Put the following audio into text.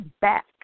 back